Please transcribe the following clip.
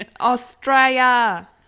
Australia